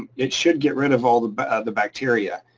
it should get rid of all the but the bacteria.